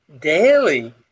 daily